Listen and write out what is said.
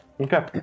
Okay